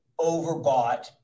overbought